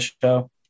show